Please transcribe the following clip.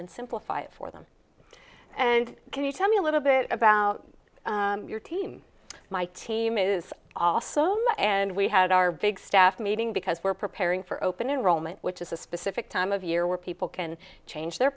and simplify it for them and can you tell me a little bit about your team my team is also me and we had our big staff meeting because we're preparing for open enrollment which is a specific time of year where people can change their